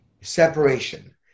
Separation